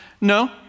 No